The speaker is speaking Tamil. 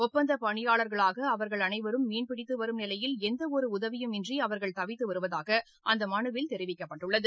ஒப்பந்த பணியாளர்ளாக அவர்கள் அனைவரும் மீன்பிடித்து வரும் நிலையில் எந்த ஒரு உதவியும் இன்றி அவர்கள் தவித்து வருவதாக அந்த மனுவில் தெரிவித்துள்ளனர்